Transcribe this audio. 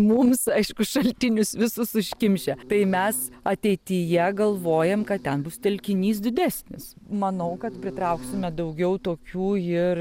mums aišku šaltinius visus užkimšę tai mes ateityje galvojam kad ten bus telkinys didesnis manau kad pritrauksime daugiau tokių ir